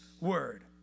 Word